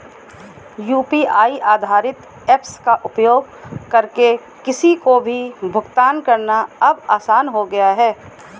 UPI आधारित apps का उपयोग करके किसी को भी भुगतान करना अब आसान हो गया है